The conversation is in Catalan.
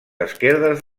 esquerdes